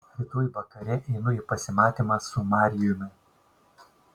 rytoj vakare einu į pasimatymą su marijumi